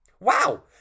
Wow